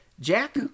Jack